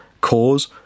Cause